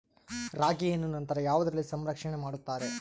ರಾಗಿಯನ್ನು ನಂತರ ಯಾವುದರಲ್ಲಿ ಸಂರಕ್ಷಣೆ ಮಾಡುತ್ತಾರೆ?